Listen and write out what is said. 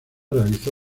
realizó